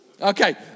okay